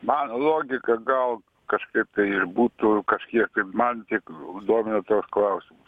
man logika gal kažkaip tai ir būtų kažkiek man tik domina toks klausimas